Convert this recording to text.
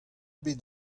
bet